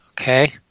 Okay